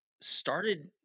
started